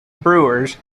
brewers